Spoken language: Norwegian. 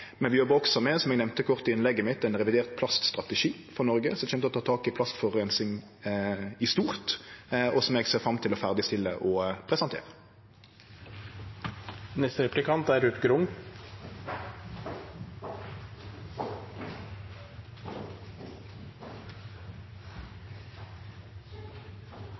Men vi jobbar også med, som eg nemnde kort i innlegget mitt, ein revidert plaststrategi for Noreg, som kjem til å ta tak i plastforureining i stort, og som eg ser fram til å ferdigstille